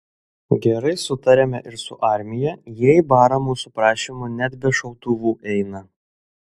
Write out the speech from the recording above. gerai sutariame ir su armija jie į barą mūsų prašymu net be šautuvų eina